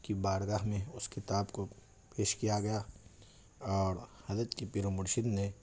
کی بارگاہ میں اس کتاب کو پیش کیا گیا اور حضرت کے پیر و مرشد نے